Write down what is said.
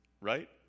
right